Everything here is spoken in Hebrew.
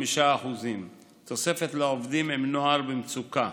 5%; תוספת לעובדים עם נוער במצוקה.